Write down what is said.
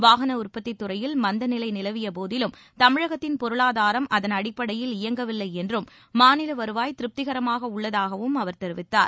வாகன உற்பத்தித் துறையில் மந்த நிலை நிலவியபோதிலும் தமிழகத்தின் பொருளாதாரம் அதன் அடிப்படையில் இயங்கவில்லை என்றும் மாநில வருவாய் திருப்திகரமாக உள்ளதாகவும் அவர் தெரிவித்தார்